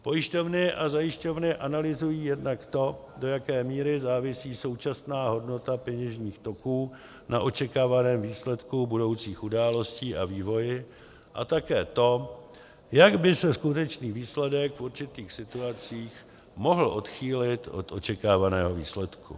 Pojišťovny a zajišťovny analyzují jednak to, do jaké míry závisí současná hodnota peněžních toků na očekávaném výsledku budoucích událostí a vývoji, a také to, jak by se skutečný výsledek v určitých situacích mohl odchýlit od očekávaného výsledku.